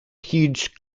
huge